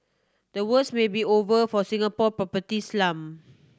the worst may be over for Singapore property slump